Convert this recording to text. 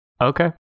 Okay